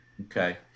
Okay